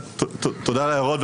תודה על ההערות,